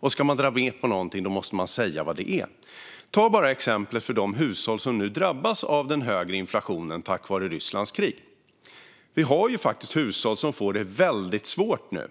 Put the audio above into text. Och om man ska dra ned på någonting måste man säga vad det är. Ta bara exemplet med de hushåll som nu drabbas av den högre inflationen på grund av Rysslands krig. Vi har hushåll som får det väldigt svårt nu.